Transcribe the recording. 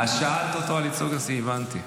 שאלת אותו על ייצוג נשי, הבנתי.